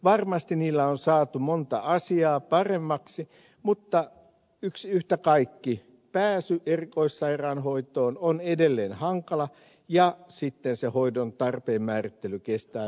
varmasti niillä on saatu monta asiaa paremmaksi mutta yhtä kaikki pääsy erikoissairaanhoitoon on edelleen hankalaa ja hoidon tarpeen määrittely kestää aivan liian kauan